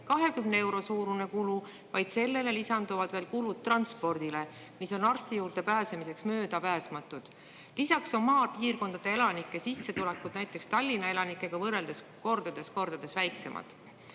20 euro suurune kulu, vaid sellele lisanduvad veel kulud transpordile, mis on arsti juurde pääsemiseks möödapääsmatud. Lisaks on maapiirkondade elanike sissetulekud näiteks Tallinna elanikega võrreldes kordades-kordades väiksemad.